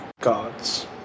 gods